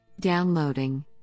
Downloading